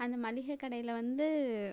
அந்த மளிகைக்கடயில வந்து